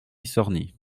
sorny